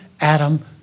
Adam